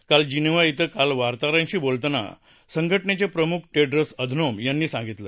काल जिनिव्हा क्वें वार्ताहरांशी बोलताना संघगटनेचे प्रमुख टेडरस अधनोम यांनी सांगितलं